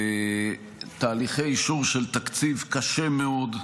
בתהליכי אישור של תקציב קשה מאוד,